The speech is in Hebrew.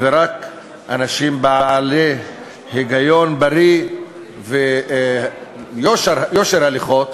ורק אנשים בעלי היגיון בריא ויושר הליכות